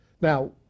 Now